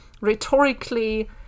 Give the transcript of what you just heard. rhetorically